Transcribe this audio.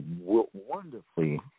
wonderfully